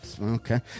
Okay